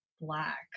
black